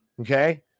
okay